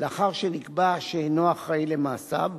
לאחר שנקבע שאינו אחראי למעשיו,